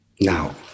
Now